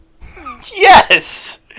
Yes